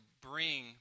bring